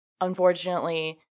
unfortunately